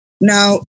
Now